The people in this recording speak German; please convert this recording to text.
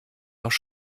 noch